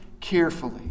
carefully